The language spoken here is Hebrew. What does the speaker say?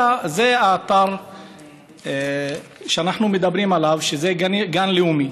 האתר שאנחנו מדברים עליו זה גן לאומי,